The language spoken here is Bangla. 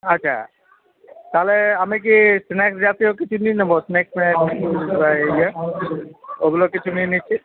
আচ্ছা তাহলে আমি কি স্ন্যাক্স জাতীয় কিছু নিয়ে নেব স্ন্যাক্স বা ইয়ে ওগুলো কিছু নিয়ে নিচ্ছি